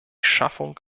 schaffung